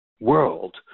world